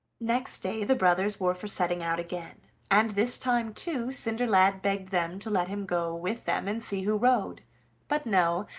next day the brothers were for setting out again, and this time too cinderlad begged them to let him go with them and see who rode but no,